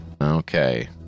Okay